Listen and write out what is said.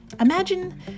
imagine